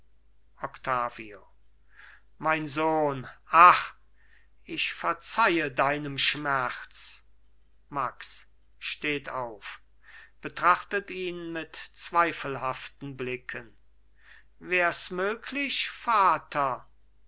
octavio mein sohn ach ich verzeihe deinem schmerz max steht auf betrachtet ihn mit zweifelhaften blicken wärs möglich vater